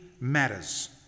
matters